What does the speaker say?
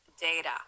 data